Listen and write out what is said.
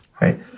right